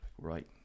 right